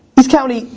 east county,